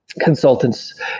consultants